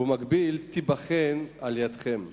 ובמקביל תיבחן על-ידיכם,